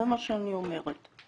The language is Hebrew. זה מה שאני אומרת.